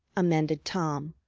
amended tom,